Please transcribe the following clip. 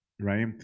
right